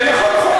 נכון.